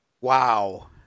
Wow